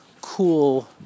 cool